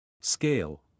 Scale